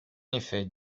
effet